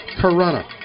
Corona